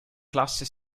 classe